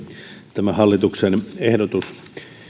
tämä hallituksen ehdotus